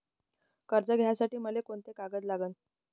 कर्ज घ्यासाठी मले कोंते कागद लागन?